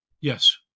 yes